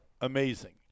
amazing